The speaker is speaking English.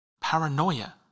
paranoia